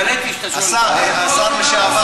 התפלאתי שאתה שואל אותי.